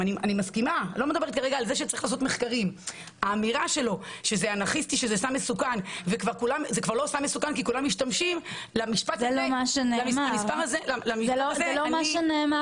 וניסיון שהיה בשטח והראה שזה באמת עוזר; ולאותם 30%-20% עם האוטיזם הקשה